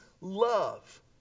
love